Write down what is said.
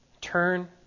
Turn